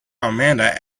amanda